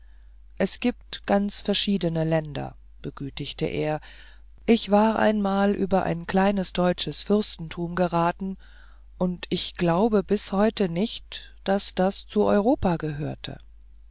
es giebt ganz verschiedene länder begütigte er ich war einmal über ein kleines deutsches fürstentum geraten und ich glaube bis heute nicht daß das zu europa gehörte